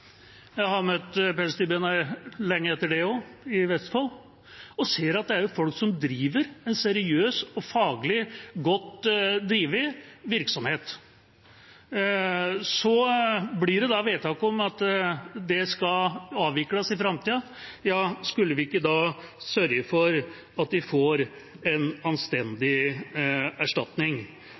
Jeg har møtt pelsdyrbønder lenge etter det også, i Vestfold, og jeg har sett at det er folk som driver en seriøs og faglig godt drevet virksomhet. Så blir det vedtak om at det skal avvikles i framtida. Skulle vi ikke da sørge for at de får en anstendig erstatning?